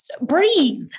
breathe